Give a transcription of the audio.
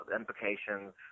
implications –